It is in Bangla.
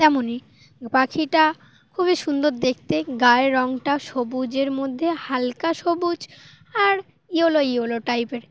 তেমনই পাখিটা খুবই সুন্দর দেখতে গায়ের রঙটা সবুজের মধ্যে হালকা সবুজ আর ইয়লো ইয়লো টাইপের